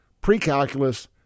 pre-calculus